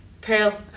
Pearl